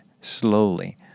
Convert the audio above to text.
slowly